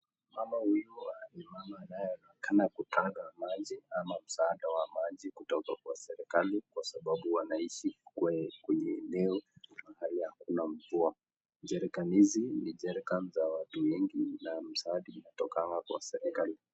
Mama huy ni mama anayeonekana kutaka maji ama msaada wa maji kutoka kwa serikali kwa sababu wanaishi kwenye eneo ama mahali hakuna mvua. Jerrycan hizi ni jerrycan za watu wengi na msaada unatokana kwa serikai.